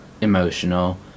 emotional